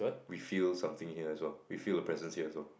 we feel something here as well we feel the presence here as well